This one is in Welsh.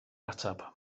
ateb